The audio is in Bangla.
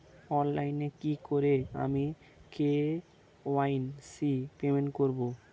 অনলাইনে কি করে আমি কে.ওয়াই.সি আপডেট করব?